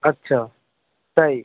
আচ্ছা তাই